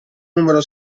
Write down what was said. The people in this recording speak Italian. numero